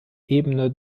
ebene